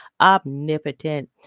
omnipotent